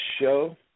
show